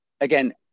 again